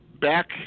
back